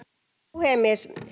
puhemies